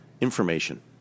information